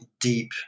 deep